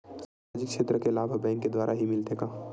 सामाजिक क्षेत्र के लाभ हा बैंक के द्वारा ही मिलथे का?